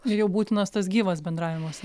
jau būtinas tas gyvas bendravimas